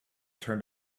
turned